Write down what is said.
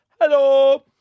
Hello